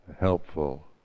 helpful